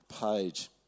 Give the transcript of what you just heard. page